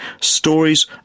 stories